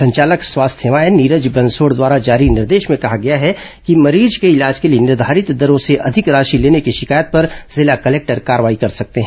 संचालक स्वास्थ्य सेवाए नीरज बंसोड़ द्वारा जारी निर्देश में कहा गया है कि मरीज के इलाज के लिए निर्धारित दरों से अधिक राशि लेने की शिकायत पर जिला कलेक्टर कार्रवाई कर सकते हैं